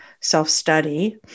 self-study